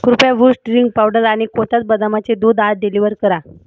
कृपया boost drink powder आणि कोथास बदामाचे दूध आज डिलिव्हर करा